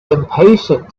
impatient